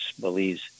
Belize